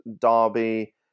Derby